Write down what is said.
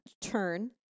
turn